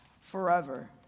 forever